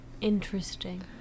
Interesting